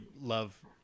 love